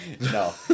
no